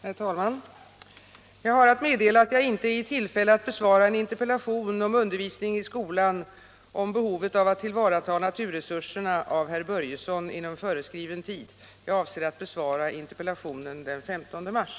Herr talman! Jag har att meddela att jag inte är i tillfälle att inom föreskriven tid besvara en interpellation av herr Börjesson i Falköping angående undervisning i skolan om behovet av att tillvarata naturresurserna. Jag avser att besvara interpellationen den 15 mars.